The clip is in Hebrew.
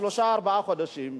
שלושה-ארבעה חודשים,